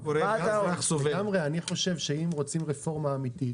אני חושב שאם רוצים רפורמה אמיתית,